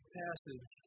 passage